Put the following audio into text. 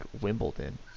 Wimbledon